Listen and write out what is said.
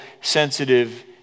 sensitive